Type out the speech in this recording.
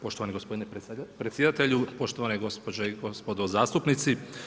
Poštovani gospodine predsjedatelju, poštovane gospođo i gospodo zastupnici.